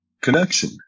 connection